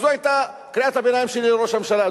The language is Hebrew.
וזו היתה קריאת הביניים שלי לראש הממשלה,